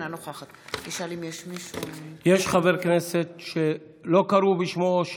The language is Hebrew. אינה נוכחת יש חבר כנסת שלא קראו בשמו?